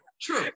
True